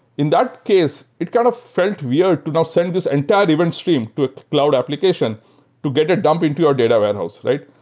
in that case, it kind of felt weird to now send this entire event stream to a cloud application to get a dump into your data warehouse, right?